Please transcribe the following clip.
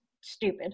stupid